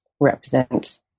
represent